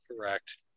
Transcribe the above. Correct